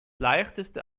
leichteste